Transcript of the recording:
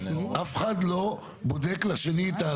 אף אחד לא בודק לשני,